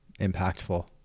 impactful